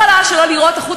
ארבע דקות לרשותך.